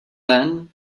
then